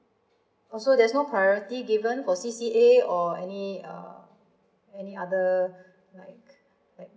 also there's no priority given for C_C_A or any uh any other right